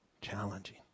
challenging